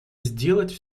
сделать